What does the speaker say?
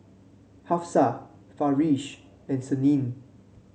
Hafsa Farish and Senin